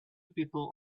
people